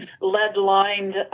lead-lined